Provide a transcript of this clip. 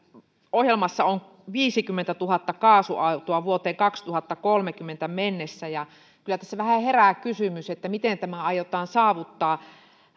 ohjelmassa on viisikymmentätuhatta kaasuautoa vuoteen kaksituhattakolmekymmentä mennessä niin kyllä tässä vähän herää kysymys miten tämä aiotaan saavuttaa